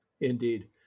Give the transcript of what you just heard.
Indeed